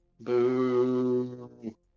Boo